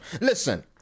Listen